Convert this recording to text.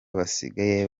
basigaye